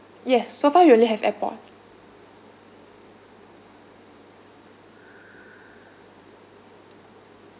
yes so far you only have airport